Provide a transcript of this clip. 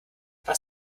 was